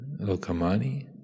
lokamani